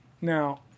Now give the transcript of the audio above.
now